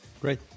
great